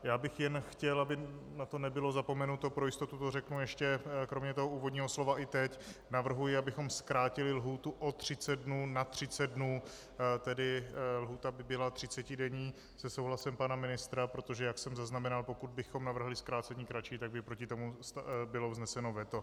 Já bych jenom chtěl, aby na to nebylo zapomenuto, pro jistotu to řeknu kromě úvodního slova i teď, navrhuji, abychom zkrátili lhůtu o 30 dnů na 30 dnů, tedy lhůta by byla třicetidenní se souhlasem pana ministra, protože jak jsem zaznamenal, pokud bychom navrhli zkrácení kratší, tak by proti tomu bylo vzneseno veto.